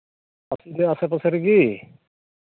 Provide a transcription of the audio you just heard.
ᱟᱯᱮ ᱱᱚᱣᱟ ᱟᱥᱮ ᱯᱟᱥᱮ ᱨᱮᱜᱮ